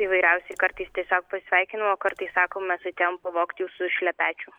įvairiausiai kartais tiesiog pasisveikinam o kartais sakom mes atėjom pavogti jūsų šlepečių